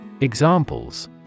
Examples